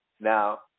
Now